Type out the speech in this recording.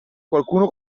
qualcuno